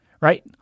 right